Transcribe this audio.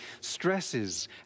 stresses